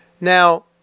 Now